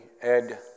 Ed